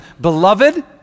beloved